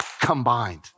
combined